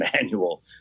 manual